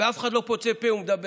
ואף אחד לא פוצה פה ומדבר.